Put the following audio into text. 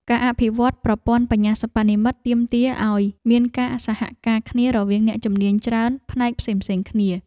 ការអភិវឌ្ឍប្រព័ន្ធបញ្ញាសិប្បនិម្មិតទាមទារឱ្យមានការសហការគ្នារវាងអ្នកជំនាញច្រើនផ្នែកផ្សេងៗគ្នា។